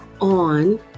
on